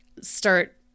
start